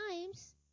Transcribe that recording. times